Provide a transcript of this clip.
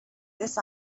this